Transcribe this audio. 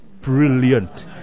Brilliant